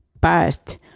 past